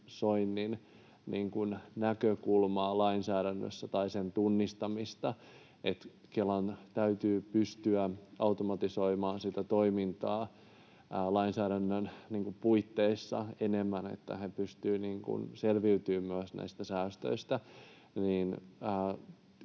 automatisoinnin näkökulmaa lainsäädännössä, sen tunnistamista, että Kelan täytyy pystyä automatisoimaan sitä toimintaa lainsäädännön puitteissa enemmän, niin että he pystyvät myös selviytymään näistä säästöistä.